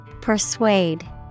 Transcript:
Persuade